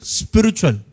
spiritual